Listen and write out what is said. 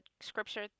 scripture